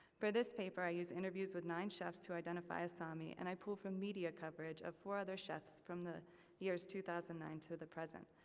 for this paper i use interviews with nine chefs who identify as sami, and i pull from media coverage of four other chefs from the years two thousand and nine to the present.